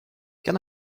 can